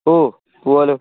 ഓ പോകാമല്ലോ